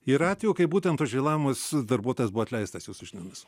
yra atvejų kai būtent už vėlavimus darbuotojas buvo atleistas jūsų žiniomis